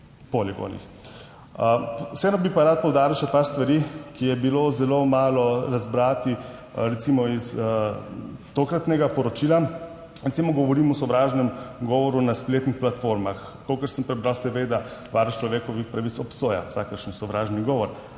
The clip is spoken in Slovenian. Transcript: Vseeno bi pa rad poudaril še nekaj stvari, ki jih je bilo zelo malo razbrati iz tokratnega poročila. Recimo, govorim o sovražnem govoru na spletnih platformah. Kolikor sem prebral, seveda Varuh človekovih pravic obsoja vsakršen sovražni govor,